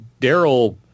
Daryl